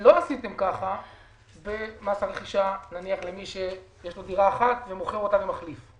לא עשיתם כך במס הרכישה נניח למי שיש לו דירה אחת ומוכר אותה ומחליף.